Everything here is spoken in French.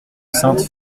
sainte